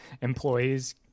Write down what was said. employees